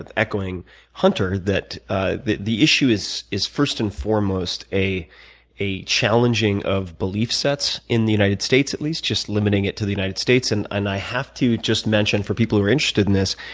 ah echoing hunter, that ah the the issue is is first and foremost a a challenging of belief sets, in the united states at least, just limiting it to the united states. and and i have to just mention for people who are interested in this,